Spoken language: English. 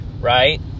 right